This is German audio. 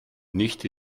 nicht